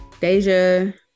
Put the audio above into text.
Deja